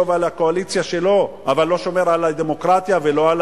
ועל הקואליציה שלו אבל לא שומר על הדמוקרטיה ולא על